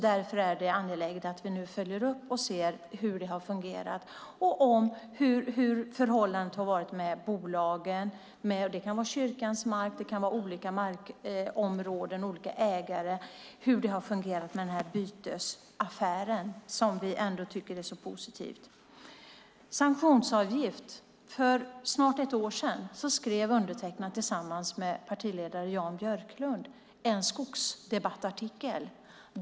Därför är det angeläget att vi följer upp och ser hur det har fungerat, hur förhållandet har varit med bolagen, kyrkans mark, olika ägare på olika markområden, hur det har fungerat i bytesaffären som vi ändå tycker är så positiv. Sedan var det frågan om sanktionsavgift. För snart ett år sedan skrev undertecknad tillsammans med partiledare Jan Björklund en skogsdebattartikel.